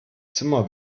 zimmer